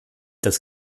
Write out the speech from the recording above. das